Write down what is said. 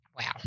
Wow